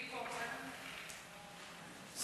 אני פה, בסדר?